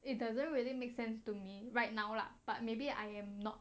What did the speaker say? it doesn't really make sense to me right now lah but maybe I am not